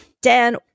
Dan